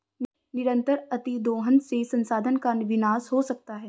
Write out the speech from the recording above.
निरंतर अतिदोहन से संसाधन का विनाश हो सकता है